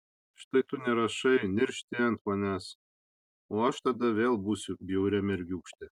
štai tu nerašai niršti ant manęs o aš tada vėl būsiu bjauria mergiūkšte